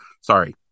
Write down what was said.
Sorry